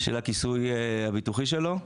של הכיסוי הביטוחי שלו.